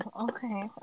Okay